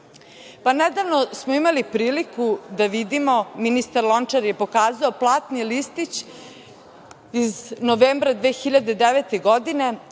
direktora. Nedavno smo imali priliku da vidimo, ministar Lončar je pokazao platni listić iz novembra 2009. godine